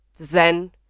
zen